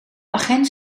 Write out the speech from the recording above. agent